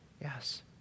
Yes